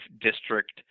district